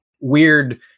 weird